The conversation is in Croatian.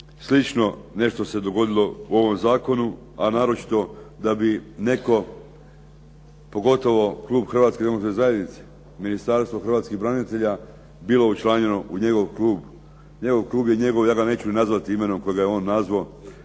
slično nešto se dogodilo u ovom zakonu a naročito da bi netko pogotovo klub Hrvatske demokratske zajednice, Ministarstvo hrvatskih branitelja bilo učlanjeno u njegov klub. Njegov klub je, ja ga neću nazvati imenom kojim ga je on nazvao